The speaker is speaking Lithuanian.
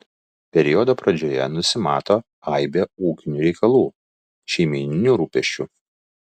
periodo pradžioje nusimato aibė ūkinių reikalų šeimyninių rūpesčių